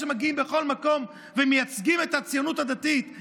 שמגיעים לכל מקום ומייצגים את הציונות הדתית,